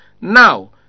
Now